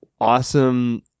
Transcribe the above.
awesome